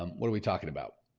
um what are we talking about?